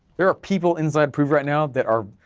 there are people inside pruvit right now that are,